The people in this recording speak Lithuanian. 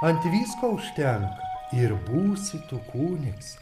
ant visko užtenka ir būsi tu kunigs